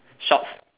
shorts